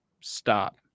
stop